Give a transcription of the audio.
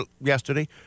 yesterday